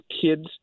kids